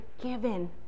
given